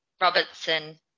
Robertson